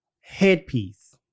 headpiece